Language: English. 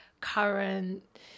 current